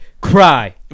cry